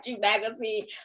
Magazine